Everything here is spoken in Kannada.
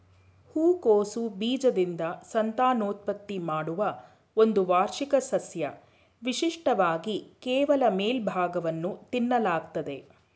ಹೂಕೋಸು ಬೀಜದಿಂದ ಸಂತಾನೋತ್ಪತ್ತಿ ಮಾಡುವ ಒಂದು ವಾರ್ಷಿಕ ಸಸ್ಯ ವಿಶಿಷ್ಟವಾಗಿ ಕೇವಲ ಮೇಲ್ಭಾಗವನ್ನು ತಿನ್ನಲಾಗ್ತದೆ